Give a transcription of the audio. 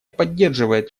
поддерживает